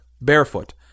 barefoot